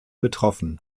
betroffen